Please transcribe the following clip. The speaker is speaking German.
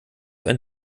ein